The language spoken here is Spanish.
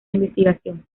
investigación